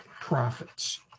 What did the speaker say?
profits